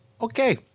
Okay